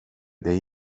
dig